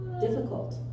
difficult